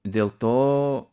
dėl to